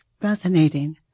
fascinating